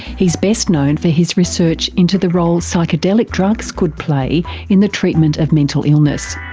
he's best known for his research into the role psychedelic drugs could play in the treatment of mental illness.